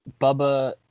Bubba